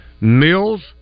Mills